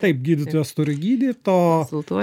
taip gydytojas turi gydyt o